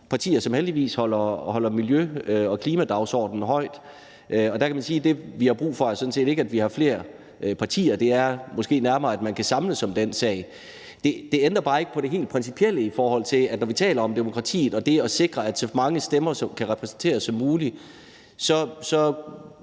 partier, som heldigvis holder miljø- og klimadagsordenen højt – så kan man sige, at det, vi har brug for, sådan set ikke er, at vi har flere partier. Det er måske nærmere, at man kan samles om en sag. Det ændrer bare ikke på det helt principielle, i forhold til at når vi taler om demokratiet og det at sikre, at så mange stemmer som muligt